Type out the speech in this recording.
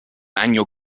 annual